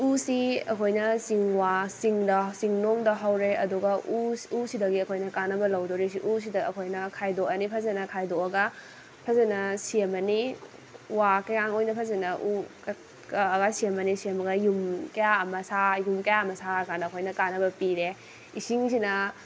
ꯎꯁꯤ ꯑꯩꯈꯣꯏꯅ ꯆꯤꯡ ꯋꯥ ꯆꯤꯡꯗ ꯆꯤꯡꯅꯨꯡꯗ ꯍꯧꯔꯦ ꯑꯗꯨꯒ ꯎ ꯎꯁꯤꯗꯒꯤ ꯑꯩꯈꯣꯏꯅ ꯀꯥꯟꯅꯕ ꯂꯧꯗꯣꯔꯤꯁꯤ ꯎꯁꯤꯗ ꯑꯩꯈꯣꯏꯅ ꯈꯥꯏꯗꯣꯛꯑꯅꯤ ꯐꯖꯅ ꯈꯥꯏꯗꯣꯛꯑꯒ ꯐꯖꯅ ꯁꯦꯝꯃꯅꯤ ꯋꯥ ꯀꯌꯥꯝ ꯑꯣꯏꯅ ꯐꯖꯅ ꯎ ꯀꯛꯑꯒ ꯁꯦꯝꯃꯅꯤ ꯁꯦꯝꯃꯒ ꯌꯨꯝ ꯀꯌꯥ ꯑꯃ ꯁꯥ ꯌꯨꯝ ꯀꯌꯥ ꯑꯃ ꯁꯥꯔꯀꯥꯟꯗ ꯑꯩꯈꯣꯏꯗ ꯀꯥꯟꯅꯕ ꯄꯤꯔꯦ ꯏꯁꯤꯡꯁꯤꯅ